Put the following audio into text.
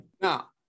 Now